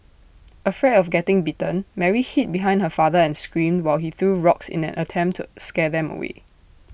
afraid of getting bitten Mary hid behind her father and screamed while he threw rocks in an attempt to scare them away